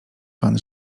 pan